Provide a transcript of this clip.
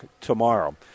tomorrow